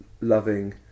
loving